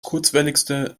kurzwelligste